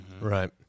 right